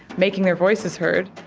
making their voices heard